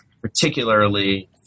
particularly